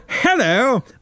Hello